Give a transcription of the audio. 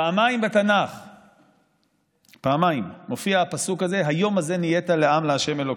פעמיים בתנ"ך מופיע הפסוק הזה: "היום הזה נהיית לעם להשם אלוקיך"